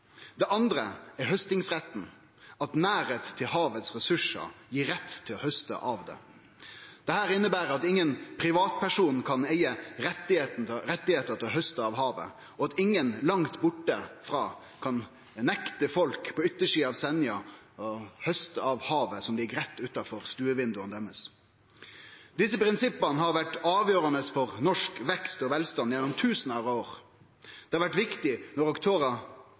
Det andre er haustingsretten, at nærleik til ressursane i havet gir rett til å hauste av det. Dette inneber at ingen privatperson kan eige retten til å hauste av havet, og at ingen langt borte frå kan nekte folk på yttersida av Senja å hauste av havet som ligg rett utanfor stuevindauga deira. Desse prinsippa har vore avgjerande for norsk vekst og velstand gjennom tusenvis av år. Det har vore viktig når aktørar